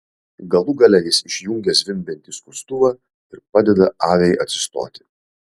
galų gale jis išjungia zvimbiantį skustuvą ir padeda aviai atsistoti